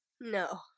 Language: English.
No